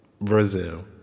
Brazil